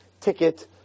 ticket